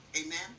Amen